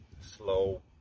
Slow